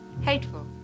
hateful